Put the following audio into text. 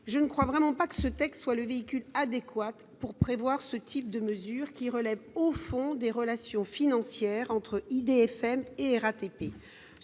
Je ne crois vraiment pas que ce texte soit le véhicule adéquat pour ce type de mesures, qui relèvent, au fond, des relations financières entre IDFM et la RATP.